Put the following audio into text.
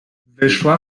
wyszła